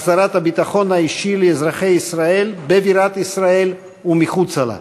החזרת הביטחון האישי לאזרחי ישראל בבירת ישראל ומחוצה לה.